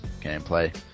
gameplay